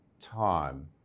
time